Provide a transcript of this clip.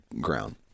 ground